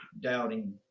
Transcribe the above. doubting